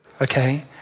Okay